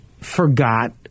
forgot